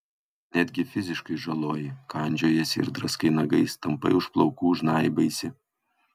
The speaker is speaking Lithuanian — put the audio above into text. netgi fiziškai žaloji kandžiojiesi ir draskai nagais tampai už plaukų žnaibaisi